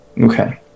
Okay